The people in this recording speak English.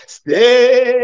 stay